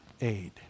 aid